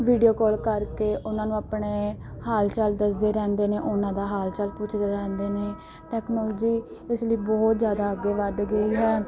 video call ਕਰਕੇ ਉਹਨਾਂ ਨੂੰ ਆਪਣੇ ਹਾਲ ਚਾਲ ਦੱਸਦੇ ਰਹਿੰਦੇ ਨੇ ਉਹਨਾਂ ਦਾ ਹਾਲ ਚਾਲ ਪੁੱਛਦੇ ਰਹਿੰਦੇ ਨੇ ਟੈਕਨੋਲਜੀ ਇਸ ਲਈ ਬਹੁਤ ਜ਼ਿਆਦਾ ਅੱਗੇ ਵੱਧ ਗਈ ਹੈ